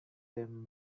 them